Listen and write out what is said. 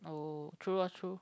oh true ah true